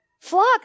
Flock